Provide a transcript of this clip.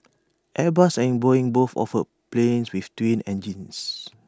airbus and boeing both offer planes with twin engines